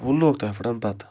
وَ لوگ تَتھ پٮ۪ٹھ بَتہٕ